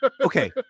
Okay